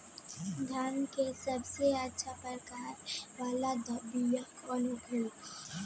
धान के सबसे अच्छा प्रकार वाला बीया कौन होखेला?